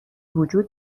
وجود